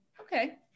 Okay